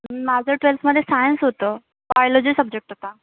माझं ट्वेल्थमध्ये सायन्स होतं बॉयोलॉजी सब्जेक्ट होता